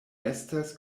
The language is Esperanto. estas